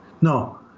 No